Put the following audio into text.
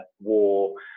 war